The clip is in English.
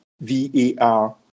VAR